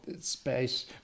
space